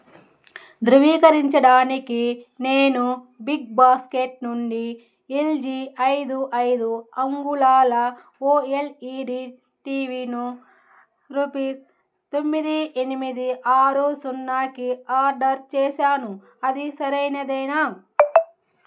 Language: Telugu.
ధృవీకరించడానికి నేను బిగ్ బాస్కెట్ నుండి ఎల్జీ ఐదు ఐదు అంగుళాల ఓఎల్ఈడీ టీవీను రుపీస్ తొమ్మిది ఎనిమిది ఆరు సున్నాకి ఆర్డర్ చేసాను అది సరైనదేనా